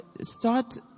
start